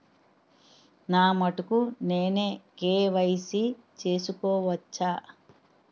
నా మటుకు నేనే కే.వై.సీ చేసుకోవచ్చా?